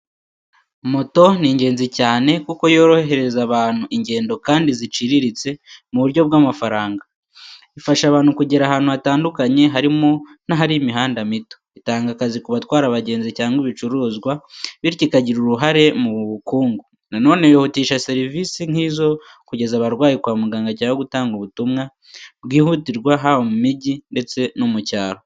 Moto ni ingenzi cyane kuko yorohereza abantu ingendo kandi ziciriritse mu buryo bw’amafaranga. Ifasha abantu kugera ahantu hatandukanye, harimo n’ahari imihanda mito. Itanga akazi ku batwara abagenzi cyangwa ibicuruzwa, bityo ikagira uruhare mu bukungu. Na none yihutisha serivisi nk’izo kugeza abarwayi kwa muganga cyangwa gutanga ubutumwa bwihutirwa haba mu mujyi ndetse no mu cyaro.